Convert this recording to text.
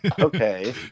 Okay